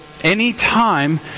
anytime